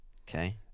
Okay